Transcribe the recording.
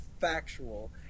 factual